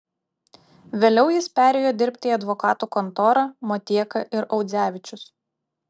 vėliau jis perėjo dirbti į advokatų kontorą motieka ir audzevičius